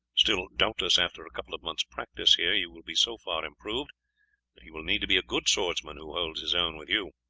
still, doubtless after a couple of months' practice here you will be so far improved that he will need to be a good swordsman who holds his own with you.